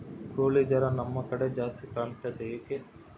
ಕೋಳಿ ಜ್ವರ ನಮ್ಮ ಕಡೆ ಜಾಸ್ತಿ ಕಾಣುತ್ತದೆ ಏಕೆ?